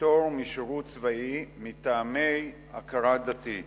פטור משירות צבאי מטעמי הכרה דתית.